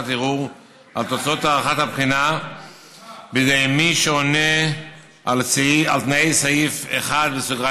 ערעור על תוצאות הערכת הבחינה בידי מי שעונה על תנאי סעיף 1(א)